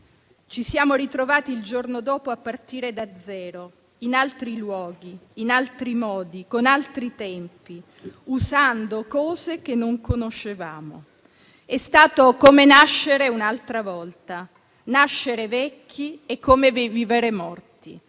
Ci siamo ritrovati il giorno dopo a partire da zero, in altri luoghi, in altri modi, con altri tempi, usando cose che non conoscevamo. È stato come nascere un'altra volta. Nascere vecchi è come vivere morti.